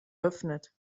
öffnet